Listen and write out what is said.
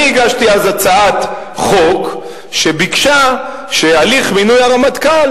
הגשתי הצעת חוק שביקשה שבהליך מינוי הרמטכ"ל